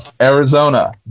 Arizona